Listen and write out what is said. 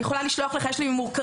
אני יכולה לשלוח לך יש לי ממורקרים,